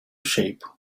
shape